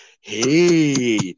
Hey